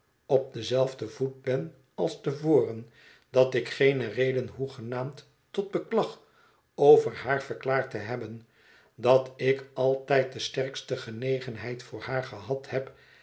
op denzelfden voet ben als te voren dat ik geene reden hoegenaamd tot beklag over haar verklaar te hebben dat ik altijd de sterkste genegenheid voor haar gehad heb